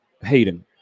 Hayden